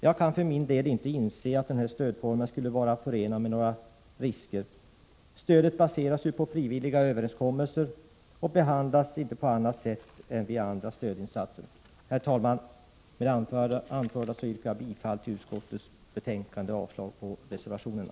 Jag kan för min del inte inse att den här stödformen skulle vara förenad med några risker. Stödet baseras ju på frivilliga överenskommelser och behandlas inte på annat sätt än andra stödinsatser. Herr talman! Med det anförda yrkar jag bifall till utskottets hemställan och därmed avslag på reservationerna.